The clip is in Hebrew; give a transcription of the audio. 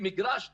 זה לא הסיפור,